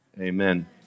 amen